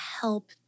help